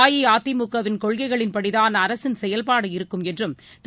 அஇஅதிமுகவின் கொள்கைகளின்படிதான் அரசின் செயல்பாடு இருக்கும் என்றும் திரு